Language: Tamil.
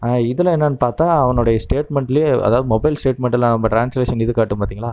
இதில் என்னென்னு பார்த்தா அவனுடைய ஸ்டேட்மெண்ட்லேயே அதாவது மொபைல் ஸ்டேட்மெண்ட்டில் நம்ம ட்ரான்ஸ்லேஷன் இது காட்டும் பார்த்திங்களா